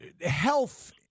health